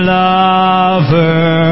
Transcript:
lover